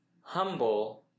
humble